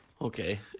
Okay